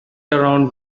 around